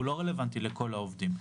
הוא לא רלוונטי לכל העובדים.